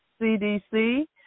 CDC